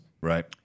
right